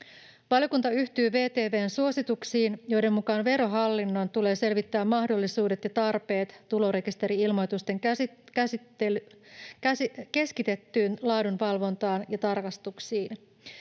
Valiokunta yhtyy VTV:n suosituksiin, joiden mukaan Verohallinnon tulee selvittää mahdollisuudet ja tarpeet tulorekisteri-ilmoitusten keskitettyyn laadunvalvontaan ja tarkastuksiin.